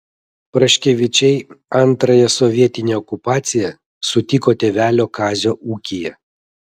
praškevičiai antrąją sovietinę okupaciją sutiko tėvelio kazio ūkyje